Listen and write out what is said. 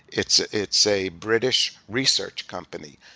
it's it's a british research company.